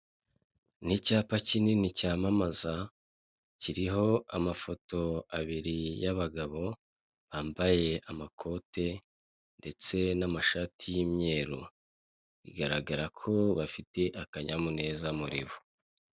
Ni icapa kinini cyamamaza, kiriho amafoto abiri y'abagabo bambaye amakote ndetse n'amashati y'imyeru bigaragara ko bafite akanyamuneza muri bo.